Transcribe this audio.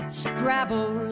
scrabble